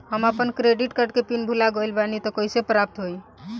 हम आपन credit card के पिन भुला गइल बानी त कइसे प्राप्त होई?